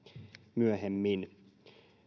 myöhemmin